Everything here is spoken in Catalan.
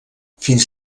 fins